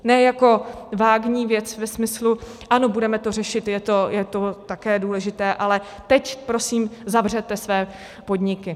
Ne jako vágní věc ve smyslu: ano, budeme to řešit, je to také důležité, ale teď prosím zavřete své podniky.